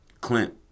Clint